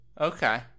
okay